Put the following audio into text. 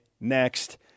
next